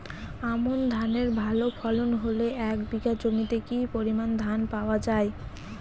আমন ধানের ভালো ফলন হলে এক বিঘা জমিতে কি পরিমান ধান পাওয়া যায়?